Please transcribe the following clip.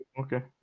okay